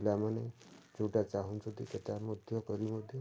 ପିଲାମାନେ ଯେଉଁଟା ଚାହୁଁଛନ୍ତି ସେଇଟା ମଧ୍ୟ କରି ମଧ୍ୟ